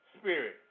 spirit